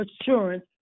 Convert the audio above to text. assurance